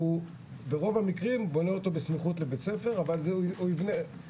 ברוב המקרים בונה אותו בסמיכות לבית-ספר אבל זה --- רגע,